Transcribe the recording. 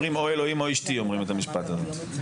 זה פלטפורמות שונות גם של אבטחת מידע.